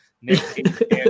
Nick